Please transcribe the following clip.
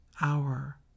hour